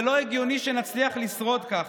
זה לא הגיוני שנצליח לשרוד ככה.